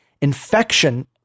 infection